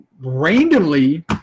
randomly